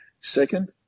Second